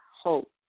hope